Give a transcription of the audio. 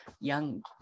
young